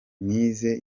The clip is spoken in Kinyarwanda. nize